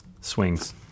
swings